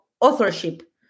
authorship